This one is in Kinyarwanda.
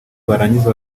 barangiza